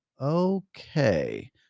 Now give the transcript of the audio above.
okay